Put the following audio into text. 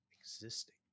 existing